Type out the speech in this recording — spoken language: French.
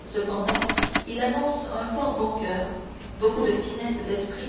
cependant il annonce un fort bon coeur beaucoup de finesse d'esprit